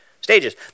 stages